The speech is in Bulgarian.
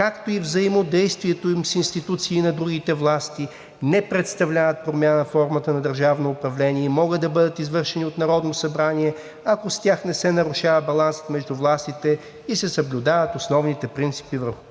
както и взаимодействието им с институции на другите власти, не представляват промяна на формата на държавно управление и могат да бъдат извършени от Народно събрание, ако с тях не се нарушава балансът между властите и се съблюдават основните принципи, върху